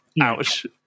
Ouch